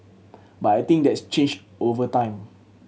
but I think that's changed over time